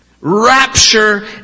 rapture